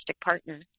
partner